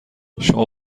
شما